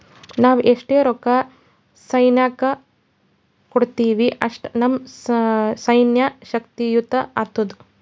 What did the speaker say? ನಾವ್ ಎಸ್ಟ್ ರೊಕ್ಕಾ ಸೈನ್ಯಕ್ಕ ಕೊಡ್ತೀವಿ, ಅಷ್ಟ ನಮ್ ಸೈನ್ಯ ಶಕ್ತಿಯುತ ಆತ್ತುದ್